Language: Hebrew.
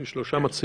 היו שלושה מציעים.